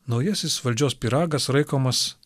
naujasis valdžios pyragas raikomas